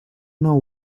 know